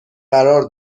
قرار